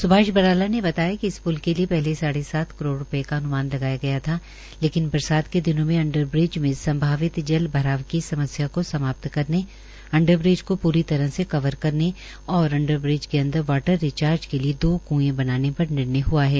सुभाष बराला ने बताया कि इस प्ल के लिए पहले साढ़े करोड़ रूपये के अन्मान लगाया गया था लेकिन बरसात के दिनों में अंडरब्रिज में संभावित जल भराव की समस्या को समाप्त करने अंडर ब्रिज को पूरी तरह से कवर करने और अंडर ब्रिज के अदंर वाटर रिचार्ज के लिए दो क्ए बनाने का निर्णय हआ है